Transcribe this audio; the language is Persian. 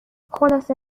خلاصه